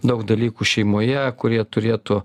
daug dalykų šeimoje kurie turėtų